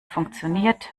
funktioniert